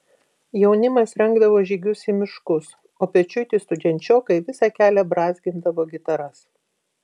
jaunimas rengdavo žygius į miškus o pečiuiti studenčiokai visą kelią brązgindavo gitaras